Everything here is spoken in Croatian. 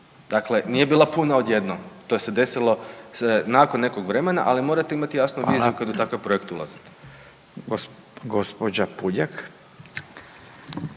dakle nije bila puna odjednom to se je desilo nakon nekog vremena, ali morate imati jasnu viziju kada u takav .../Upadica